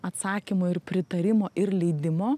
atsakymo ir pritarimo ir leidimo